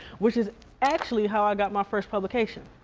which is actually how i got my first publication.